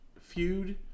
feud